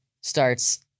starts